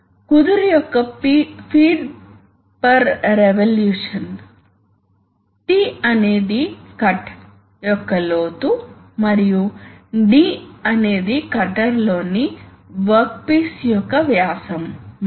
5 కంటే తక్కువగా ఉంచితే అప్పుడు ఈ ఫంక్షన్ స్థిరంగా మారుతుంది మరియు తరువాత flow rate pressure discharge coefficient area మొదలైనవి మీద మాత్రమే ఆధారపడి ఉంటుంది